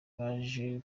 baje